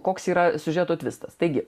koks yra siužeto tvistas taigi